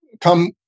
come